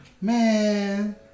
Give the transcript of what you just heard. Man